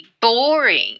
boring